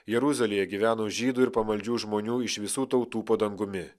jeruzalėje gyveno žydų ir pamaldžių žmonių iš visų tautų po dangumi